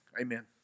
Amen